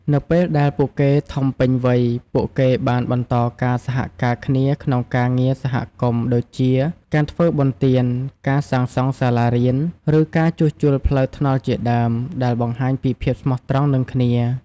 នៅពេលដែលពួកគេធំពេញវ័យ ពួកគេបានបន្តការសហការគ្នាក្នុងការងារសហគមន៍ដូចជាការធ្វើបុណ្យទាន ការសាងសង់សាលារៀន ឬការជួសជុលផ្លូវថ្នល់ជាដើម ដែលបង្ហាញពីភាពស្មោះត្រង់នឹងគ្នា។